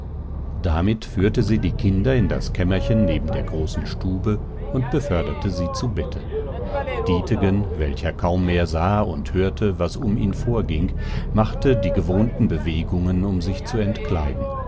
damit führte sie die kinder in das kämmerchen neben der großen stube und beförderte sie zu bette dietegen welcher kaum mehr sah und hörte was um ihn vorging machte die gewohnten bewegungen um sich zu entkleiden